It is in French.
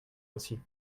aussi